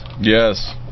Yes